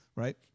Right